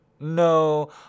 No